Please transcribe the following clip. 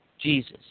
Jesus